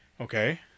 Okay